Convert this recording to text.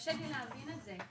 קשה לי להבין את זה,